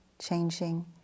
changing